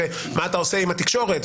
זה מה אתה עושה עם התקשורת?